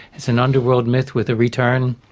it's an underworld myth with a return,